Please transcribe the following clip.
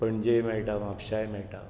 पणजेय मेळटा म्हापश्यांय मेळटा